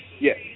Yes